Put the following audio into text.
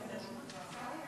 בבקשה, לרשותך שלוש דקות.